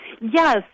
Yes